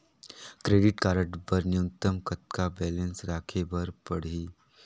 Credit card बर न्यूनतम कतका बैलेंस राखे बर पड़ही?